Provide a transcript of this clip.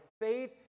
faith